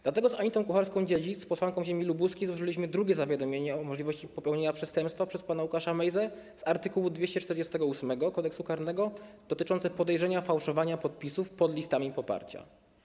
Dlatego z Anitą Kucharską-Dziedzic, posłanką ziemi lubuskiej, złożyliśmy drugie zawiadomienie o możliwości popełnienia przestępstwa przez pana Łukasza Mejzę, z art. 248 Kodeksu karnego, dotyczące podejrzenia fałszowania podpisów pod listami poparcia.